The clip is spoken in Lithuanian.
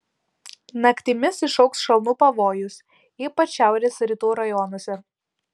naktimis išaugs šalnų pavojus ypač šiaurės rytų rajonuose